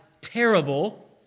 terrible